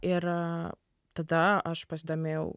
ir tada aš pasidomėjau